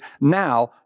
now